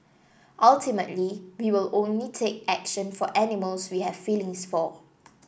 ultimately we will only take action for animals we have feelings for